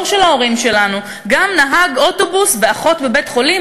בדור של ההורים שלנו גם נהג אוטובוס ואחות בבית-חולים